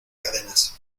cadenas